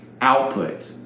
Output